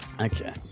Okay